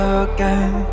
again